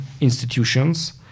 institutions